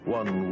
one